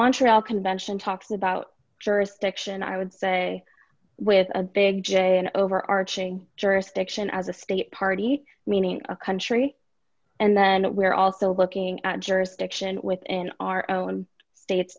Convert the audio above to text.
montreal convention talks about jurisdiction i would say with a big j and overarching jurisdiction as a state party meaning a country and then we're also looking at jurisdiction within our own states